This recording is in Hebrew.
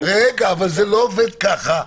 אבל זה לא עובד ככה.